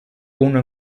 uno